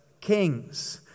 kings